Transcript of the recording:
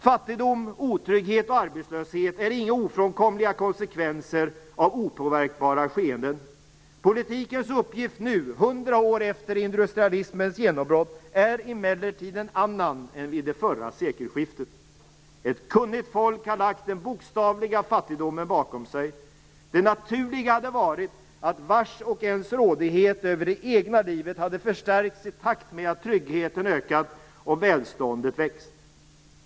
Fattigdom, otrygghet och arbetslöshet är inga ofrånkomliga konsekvenser av opåverkbara skeenden. Politikens uppgift nu, hundra år efter industrialismens genombrott, är emellertid en annan än vid det förra sekelskiftet. Ett kunnigt folk har lagt den bokstavliga fattigdomen bakom sig. Det naturliga hade varit att vars och ens rådighet över det egna livet hade förstärkts i takt med att tryggheten ökat och välståndet växt.